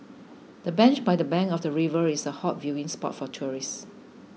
the bench by the bank of the river is a hot viewing spot for tourists